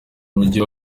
mujyi